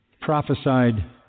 prophesied